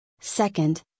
second